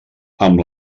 amb